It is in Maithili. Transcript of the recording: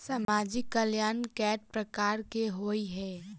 सामाजिक कल्याण केट प्रकार केँ होइ है?